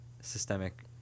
systemic